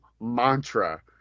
mantra